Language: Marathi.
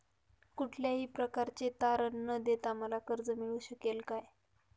कुठल्याही प्रकारचे तारण न देता मला कर्ज मिळू शकेल काय?